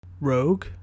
Rogue